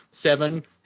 Seven